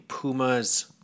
Puma's